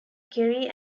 kerry